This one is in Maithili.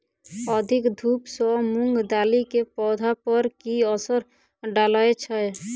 अधिक धूप सँ मूंग दालि केँ पौधा पर की असर डालय छै?